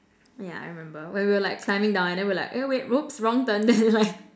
yeah I remember when we were like climbing down and then we're like oh wait whoops wrong turn then we were like